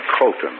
Colton